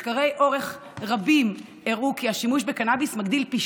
מחקרי אורך רבים הראו כי השימוש בקנביס מגדיל פי